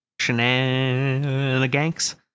shenanigans